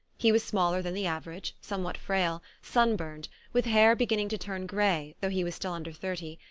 he was smaller than the average, somewhat frail, sun burned, with hair beginning to turn grey though he was still under thirty,